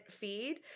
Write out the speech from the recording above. feed